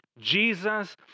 Jesus